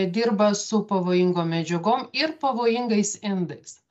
dirba su pavojingom medžiagom ir pavojingais indais